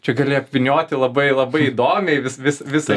čia gali apvynioti labai labai įdomiai vis vis visą